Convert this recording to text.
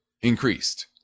increased